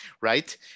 right